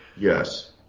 Yes